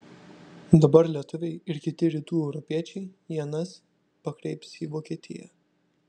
dabar lietuviai ir kiti rytų europiečiai ienas pakreips į vokietiją